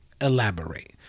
Elaborate